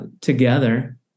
together